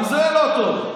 גם זה לא טוב.